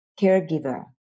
caregiver